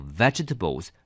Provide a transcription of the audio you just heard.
vegetables